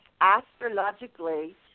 astrologically